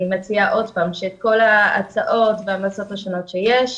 אני מציעה שכול ההצעות וההמלצות השונות שיש,